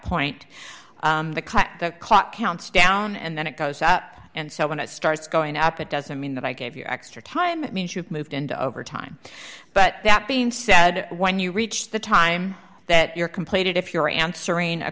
point that the clock counts down and then it goes up and so when it starts going up it doesn't mean that i gave you extra time it means you've moved into overtime but that being said when you reach the time that you're completed if you're answering a